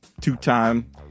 two-time